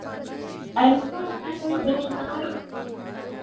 Alto है WagonR है